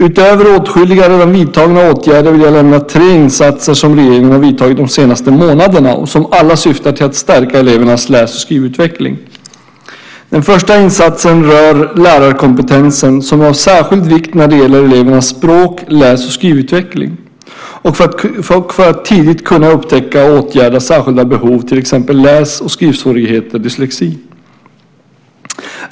Utöver åtskilliga, redan vidtagna, åtgärder vill jag nämna tre insatser som regeringen har vidtagit de senaste månaderna och som alla syftar till att stärka elevernas läs och skrivutveckling. Den första insatsen rör lärarkompetensen som är av särskild vikt när det gäller elevernas språk-, läs och skrivutveckling och för att tidigt kunna upptäcka och åtgärda särskilda behov, till exempel läs och skrivsvårigheter, dyslexi.